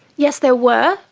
yes, there were,